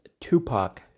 Tupac